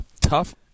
tough